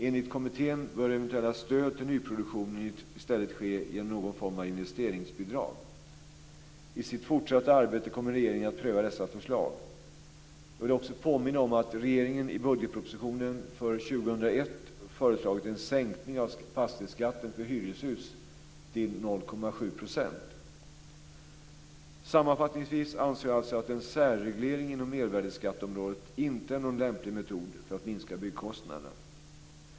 Enligt kommittén bör eventuella stöd till nyproduktionen i stället ske genom någon form av investeringsbidrag. I sitt fortsatta arbete kommer regeringen att pröva dessa förslag. Jag vill också påminna om att regeringen i budgetpropositionen för 2001 föreslagit en sänkning av fastighetsskatten för hyreshus till 0,7 %. Sammanfattningsvis anser jag alltså att en särreglering inom mervärdesskatteområdet inte är någon lämplig metod för att minska byggkostnaderna.